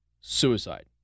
suicide